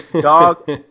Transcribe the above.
dog